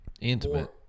Intimate